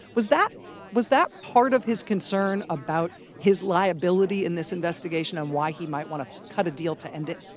was that was that part of his concern about his liability in this investigation and why he might want to cut a deal to end it?